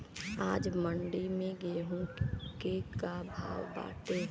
आज मंडी में गेहूँ के का भाव बाटे?